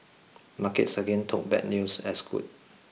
markets again took bad news as good